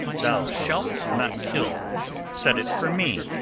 thou shalt not kill said it for me,